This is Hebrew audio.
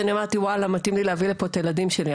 אמרתי מתאים לי להביא לפה את הילדים שלי.